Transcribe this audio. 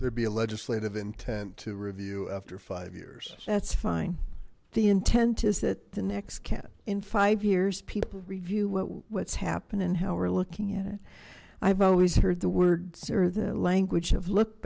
there be a legislative intent to review after five years that's fine the intent is that the next can't in five years people review what what's happened and how we're looking at it i've always heard the words are the language of look